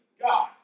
God